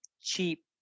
cheap